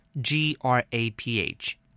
G-R-A-P-H